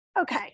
Okay